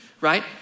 right